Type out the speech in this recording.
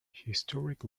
historic